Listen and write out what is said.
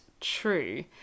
true